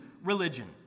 religion